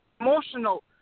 emotional